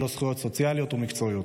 ללא זכויות סוציאליות ומקצועיות,